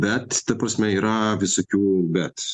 bet ta prasme yra visokių bet